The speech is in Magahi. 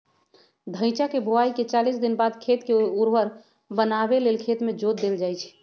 धइचा के बोआइके चालीस दिनबाद खेत के उर्वर बनावे लेल खेत में जोत देल जइछइ